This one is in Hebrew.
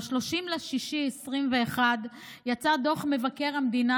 ב-30 ביוני 2021 יצא דוח מבקר המדינה